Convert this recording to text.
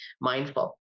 mindful